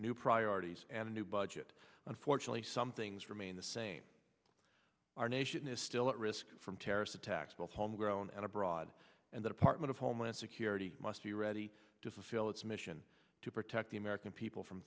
new priorities and a new budget unfortunately some things remain the same our nation is still at risk from terrorist attacks both home grown and abroad and the department of homeland security must be ready to fulfill its mission protect the american people from